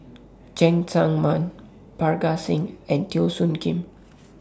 Cheng Tsang Man Parga Singh and Teo Soon Kim